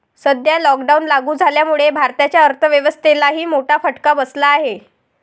सध्या लॉकडाऊन लागू झाल्यामुळे भारताच्या अर्थव्यवस्थेलाही मोठा फटका बसला आहे